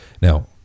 Now